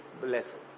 blessing